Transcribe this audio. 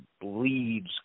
bleeds